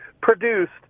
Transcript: produced